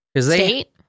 State